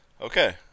Okay